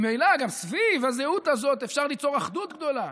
ממילא גם סביב הזהות הזאת אפשר ליצור אחדות גדולה.